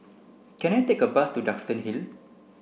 can I take a bus to Duxton Hill